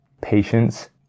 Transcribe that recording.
patience